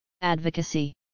advocacy